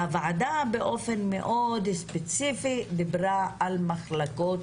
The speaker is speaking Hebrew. הוועדה באופן מאוד ספציפי דיברה על מחלקות